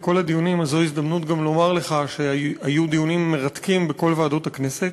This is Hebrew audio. זו ההזדמנות גם לומר לך שהיו דיונים מרתקים בכל ועדות הכנסת.